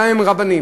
גם אם הם רבנים,